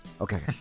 Okay